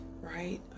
right